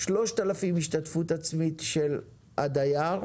3,000 השתתפות עצמית של הדייר,